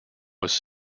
was